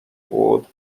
would